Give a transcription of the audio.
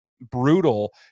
brutal